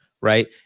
Right